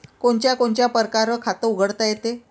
कोनच्या कोनच्या परकारं खात उघडता येते?